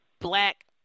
black